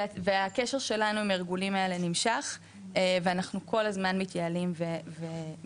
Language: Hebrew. והקשר שלנו עם הארגונים האלה נמשך ואנחנו כל הזמן מתייעלים ומשתפרים.